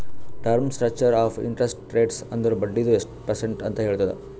term structure of interest rates ಅಂದುರ್ ಬಡ್ಡಿದು ಎಸ್ಟ್ ಪರ್ಸೆಂಟ್ ಅಂತ್ ಹೇಳ್ತುದ್